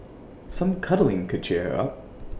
some cuddling could cheer her up